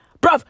bro